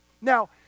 Now